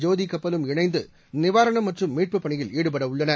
ஜோதி கப்பலும் இணைந்து நிவாரணப் மற்றும் மீட்புப் பணியில் ஈடுபடவுள்ளன